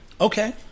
Okay